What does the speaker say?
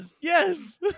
Yes